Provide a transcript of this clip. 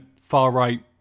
far-right